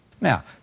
Now